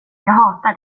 hatar